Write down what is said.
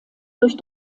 durch